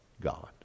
God